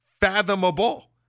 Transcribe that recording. fathomable